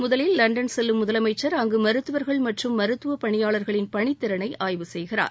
முதலில் லண்டன் செல்லும் முதலமைச்சா் அங்கு மருத்துவா்கள் மற்றும் மருத்துவப் பணியாளர்களின் பணித்திறனை ஆய்வு செய்கிறார்